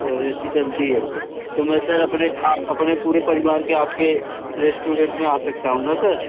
sir A C चलती है तो मैं सर अपने पूरे परिवार के आपके रेस्टोरेंट में आ सकता हूँ ना सर